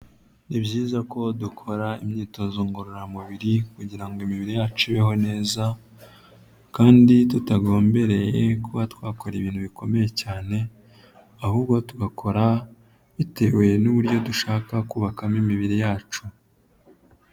Ni byiza ko dukora imyitozo ngororamubiri kugira ngo imibiri yacu ibeho neza kandi tutagommbereye kuba twakora ibintu bikomeye cyane ahubwo tugakora, bitewe n'uburyo dushaka kubakamo imibiri yacu.